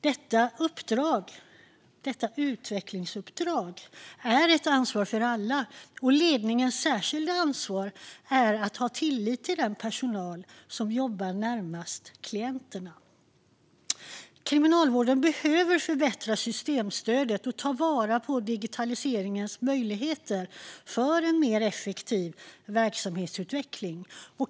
Detta utvecklingsuppdrag är ett ansvar för alla, och ledningens särskilda ansvar är att ha tillit till den personal som jobbar närmast klienterna. Kriminalvården behöver förbättra systemstödet och ta vara på digitaliseringens möjligheter för en mer effektiv verksamhetsutveckling.